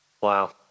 wow